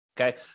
Okay